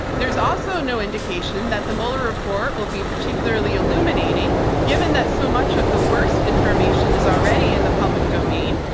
there's also no indication that the mueller report will be particularly illuminating given that so much of the worst information is already in the public domain.